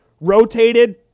rotated